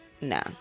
No